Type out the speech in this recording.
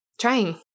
trying